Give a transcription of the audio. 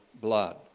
blood